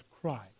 Christ